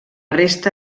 resta